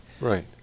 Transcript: Right